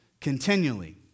Continually